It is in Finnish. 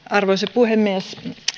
arvoisa puhemies